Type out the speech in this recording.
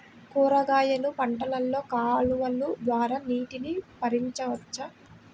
కూరగాయలు పంటలలో కాలువలు ద్వారా నీటిని పరించవచ్చా?